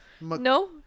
No